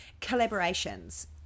collaborations